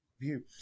view